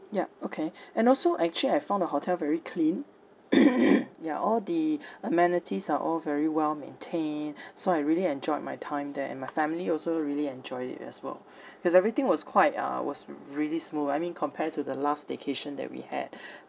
yup okay and also actually I found the hotel very clean ya all the amenities are all very well maintained so I really enjoyed my time there and my family also really enjoyed it as well cause everything was quite uh was really smooth I mean compared to the last staycation that we had